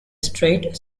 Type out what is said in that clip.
straight